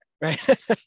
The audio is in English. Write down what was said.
right